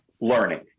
learning